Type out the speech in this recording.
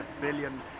billion